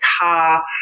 car